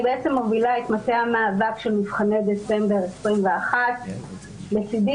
אני מובילה את מטה המאבק של נבחני דצמבר 2021. לצידי